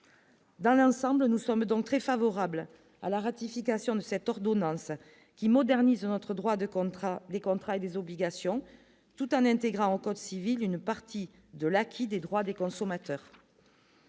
dans l'ensemble, nous sommes donc très favorable à la ratification de cette ordonnance qui modernise notre droit de contrat, des contrats et des obligations, tout un intégra en code civil une partie de l'acquis des droits des consommateurs.